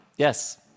Yes